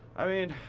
i mean,